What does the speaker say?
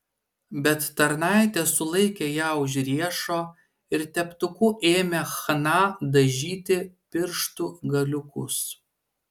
bet tarnaitė sulaikė ją už riešo ir teptuku ėmė chna dažyti pirštų galiukus